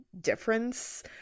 difference